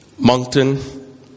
Moncton